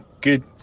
Good